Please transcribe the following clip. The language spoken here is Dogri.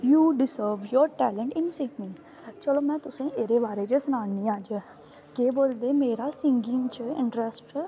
U deserve talent in singing चलो में तुसेंगी एह्दे बारे च सनानी आं जियां केह् बोलदे मेरा सिंगिंग च इंरट्रस्ट